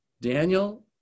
Daniel